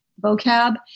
vocab